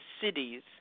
cities